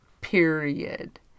period